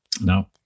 No